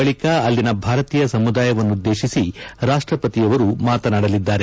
ಬಳಿಕ ಅಲ್ಲಿನ ಭಾರತೀಯ ಸಮುದಾಯವನ್ನುದ್ದೇಶಿಸಿ ರಾಷ್ಟ ಪತಿಯವರು ಮಾತನಾಡಲಿದ್ದಾರೆ